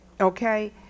okay